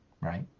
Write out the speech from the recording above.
Right